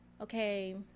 okay